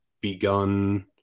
begun